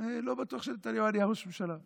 לא בטוח שנתניהו היה נהיה ראש ממשלה.